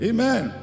Amen